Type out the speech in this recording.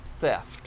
theft